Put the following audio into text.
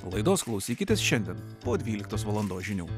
laidos klausykitės šiandien po dvyliktos valandos žinių